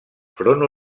front